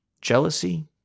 jealousy